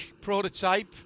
prototype